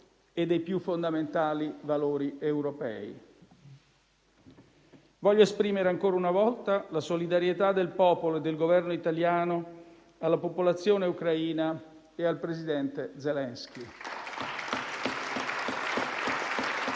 e dei più fondamentali valori europei. Voglio esprimere, ancora una volta, la solidarietà del popolo e del Governo italiani alla popolazione ucraina e al presidente Zelensky.